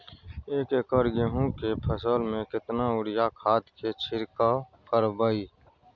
एक एकर गेहूँ के फसल में केतना यूरिया खाद के छिरकाव करबैई?